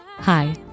Hi